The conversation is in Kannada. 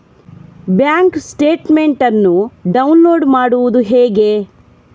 ಬ್ಯಾಂಕ್ ಸ್ಟೇಟ್ಮೆಂಟ್ ಅನ್ನು ಡೌನ್ಲೋಡ್ ಮಾಡುವುದು ಹೇಗೆ?